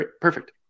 perfect